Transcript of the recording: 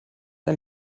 ein